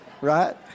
right